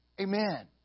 Amen